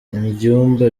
ibyumba